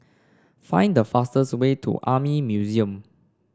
find the fastest way to Army Museum